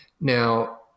Now